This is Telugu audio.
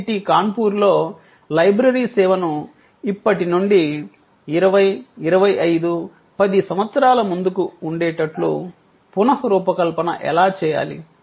ఐఐటి కాన్పూర్ లో లైబ్రరీ సేవను ఇప్పటి నుండి 20 25 10 సంవత్సరాల ముందుకు ఉండేటట్లు పునఃరూపకల్పన ఎలా చేయాలి